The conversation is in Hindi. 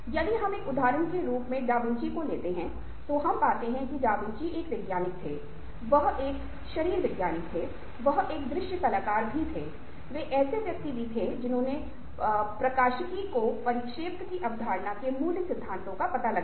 यदि हम एक उदाहरण के रूप में दा विंची को लेते है तो हम पाते हैं कि दा विंची एक वैज्ञानिक थे वह एक शरीरविज्ञानी थे वह एक दृश्य कलाकार भी थे वे ऐसे व्यक्ति भी थे जिन्होंने प्रकाशिकी को परिप्रेक्ष्य की अवधारणा के मूल सिद्धांतों का पता लगाया